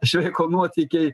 šveiko nuotykiai